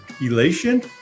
elation